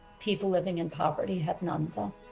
people living in poverty have none and